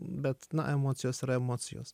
bet na emocijos yra emocijos